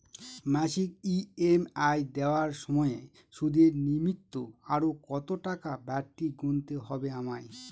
মাসিক ই.এম.আই দেওয়ার সময়ে সুদের নিমিত্ত আরো কতটাকা বাড়তি গুণতে হবে আমায়?